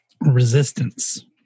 resistance